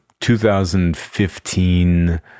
2015